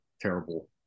terrible